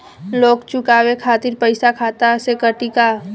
Loan चुकावे खातिर पईसा खाता से कटी का?